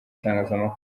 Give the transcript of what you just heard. itangazamakuru